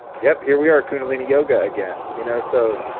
yep, here we are kind of and yoga again. you know so,